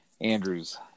Andrews